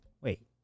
wait